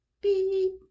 Beep